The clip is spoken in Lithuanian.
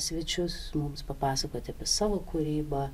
svečius mums papasakoti apie savo kūrybą